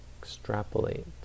extrapolate